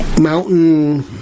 Mountain